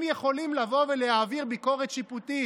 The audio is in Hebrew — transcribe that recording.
הם יכולים לבוא ולהעביר ביקורת שיפוטית,